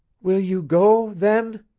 will you go then?